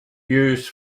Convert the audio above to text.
used